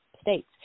states